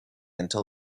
until